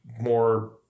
more